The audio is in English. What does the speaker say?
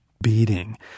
beating